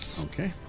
Okay